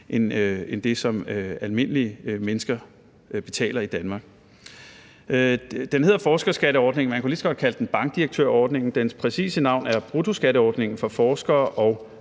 end det, som almindelige mennesker betaler i Danmark. Den hedder forskerskatteordningen, men man kunne lige så godt kalde den bankdirektørordningen. Dens præcise navn er bruttoskatteordningen for forskere og